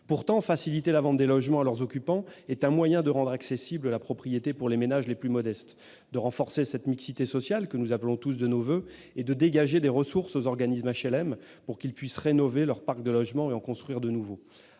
Pourtant, faciliter la vente de ces logements à leurs occupants est un moyen de rendre accessible la propriété pour les ménages les plus modestes, de renforcer la mixité sociale que nous appelons tous de nos voeux et de dégager des ressources pour les organismes d'HLM afin qu'ils puissent rénover leur parc de logements et en construire de nouveaux.